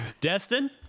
Destin